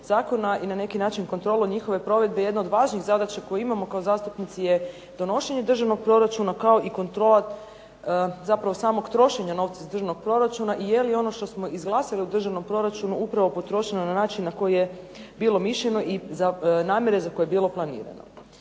i na neki način kontrolu njihove provedbe jedna od važnih zadaća koje imamo kao zastupnici je donošenje državnog proračuna kao i kontrola samog trošenja novca iz državnog proračuna i je li ono što smo izglasali u državnom proračunu upravo potrošeno na način na koji je bilo mišljeno i namjere za koje je bilo planirano.